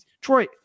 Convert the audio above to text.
Troy